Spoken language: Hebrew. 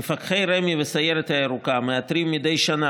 מפקחי רמ"י והסיירת הירוקה מאתרים מדי שנה